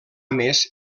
més